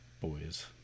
Boys